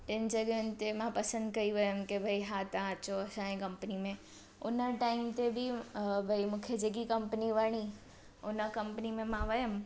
टिनि जॻहियुनि ते मां पसंद कई वियमि के भाई हा तव्हां अचो असांजी कंपनी में उन टाइम ते बि अ भाई मूंखे जेकी कंपनी वणी उन कंपनी में मां वियमि